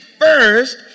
first